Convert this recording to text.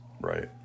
Right